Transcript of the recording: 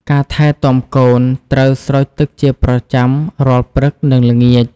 ការថែទាំកូន ត្រូវស្រោចទឹកជាប្រចាំរាល់ព្រឹក និងល្ងាច។